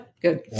good